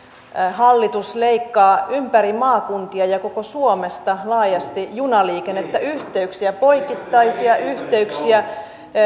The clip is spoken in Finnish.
hallitus leikkaa ympäri maakuntia ja koko suomesta laajasti junaliikennettä yhteyksiä poikittaisia yhteyksiä